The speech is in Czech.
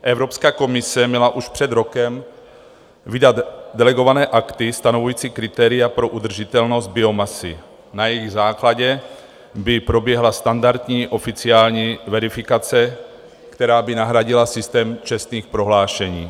Evropská komise měla už před rokem vydat delegované akty stanovující kritéria pro udržitelnost biomasy, na jejichž základě by proběhla standardní oficiální verifikace, která by nahradila systém čestných prohlášení.